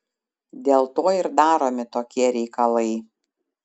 dėl to ir daromi tokie reikalai